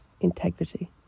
integrity